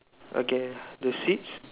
okay the seats